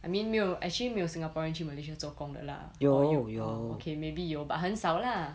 I mean 没有 actually 没有 singaporean 去 malaysia 做工的 lah or 有 orh okay maybe 有 but 很少 lah